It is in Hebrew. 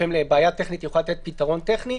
לפעמים לבעיה טכנית היא יכולה לתת פתרון טכני.